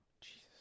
Jesus